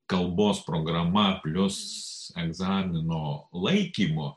kalbos programa plius egzamino laikymu